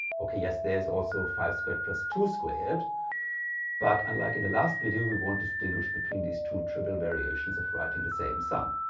ok, yes, there's also five squared plus two squared but unlike in the last video we won't distinguish between these two trivial variations of writing the same sum.